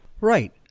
Right